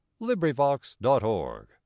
LibriVox.org